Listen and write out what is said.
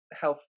health